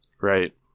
Right